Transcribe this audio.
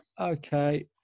okay